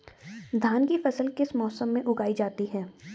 धान की फसल किस मौसम में उगाई जाती है?